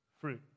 fruit